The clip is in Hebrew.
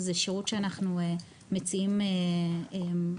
אז זה שירות שאנחנו מציעים לציבור,